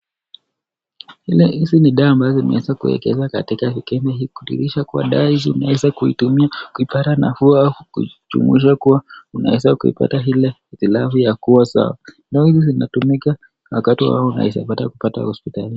Hizi ni dawa ambazo zimeweza kuwekezwa katika mkebe hii kuridhisha kuwa unaweza kuitumia kuipata nafuu alafu kujumuisha kuwa unaweza kuipata ile itilafu ya kuwa sawa. Na hizi zinatumika wakati unaweza kupata hospitalini.